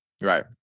Right